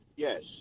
Yes